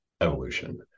evolution